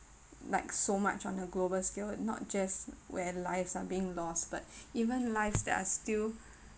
like so much on a global scale not just where lives are being lost but even lives that are still